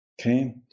okay